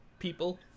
people